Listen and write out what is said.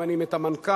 ממנים את המנכ"ל,